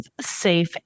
safe